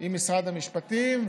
עם משרד המשפטים.